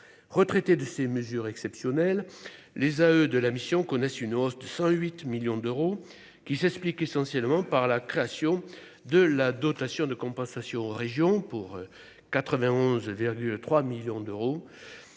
retraité de ces mesures exceptionnelles les à eux de la mission connaissent une hausse de 108 millions d'euros qui s'explique essentiellement par la création de la dotation de compensation aux régions pour 91 virgule 3 millions d'euros,